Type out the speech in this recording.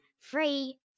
free